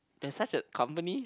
there's such a company